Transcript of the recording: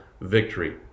victory